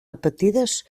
repetides